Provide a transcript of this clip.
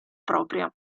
propria